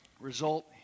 result